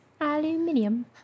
Aluminium